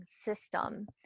system